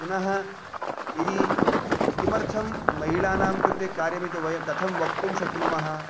पुनः यदि किमर्थं महिलानां कृते कार्यमिति वय कथं वक्तुं शक्नुमः